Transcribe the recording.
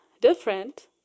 different